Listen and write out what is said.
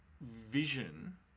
vision